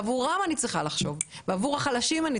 עבורם אני צריכה לחשוב ועבור החלשים אנחנו